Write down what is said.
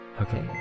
Okay